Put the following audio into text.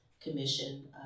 Commission